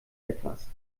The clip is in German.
etwas